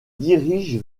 dirige